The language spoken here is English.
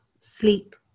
sleep